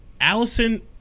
Allison